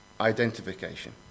identification